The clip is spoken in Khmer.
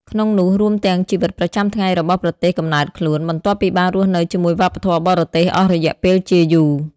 ក្នុងនោះ រួមទាំងជីវិតប្រចាំថ្ងៃរបស់ប្រទេសកំណើតខ្លួន បន្ទាប់ពីបានរស់នៅជាមួយវប្បធម៌បរទេសអស់រយៈពេលជាយូរ។